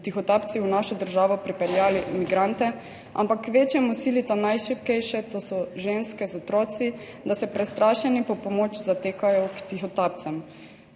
tihotapci v našo državo pripeljali migrante, ampak kvečjemu silita najšibkejše, to so ženske z otroci, da se prestrašeni po pomoč zatekajo k tihotapcem,